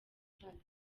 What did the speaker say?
ndagira